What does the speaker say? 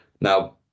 Now